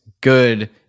good